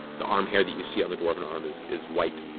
the arm hair that you see on the dwarven arm is is white,